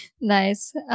Nice